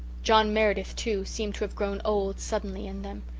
john meredith, too, seemed to have grown old suddenly in them.